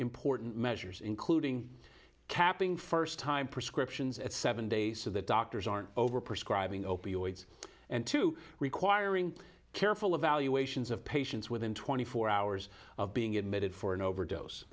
important measures including capping first time prescriptions at seven days so that doctors aren't over prescribing opioids and to requiring careful evaluations of patients within twenty four hours of being admitted for an overdose